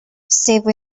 save